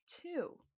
two